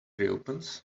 reopens